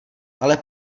ale